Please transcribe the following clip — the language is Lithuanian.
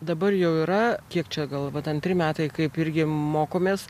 dabar jau yra kiek čia gal vat antri metai kaip irgi mokomės